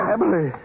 Emily